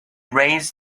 raised